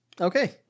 Okay